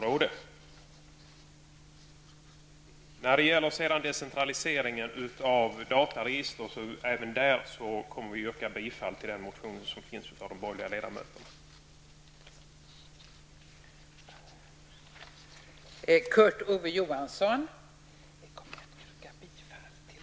Även när det gäller decentraliseringen av dataregister kommer vi att yrka bifall till den reservation som de borgerliga ledamöterna står bakom.